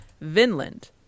Vinland